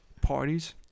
parties